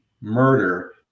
murder